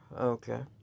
okay